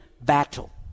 battle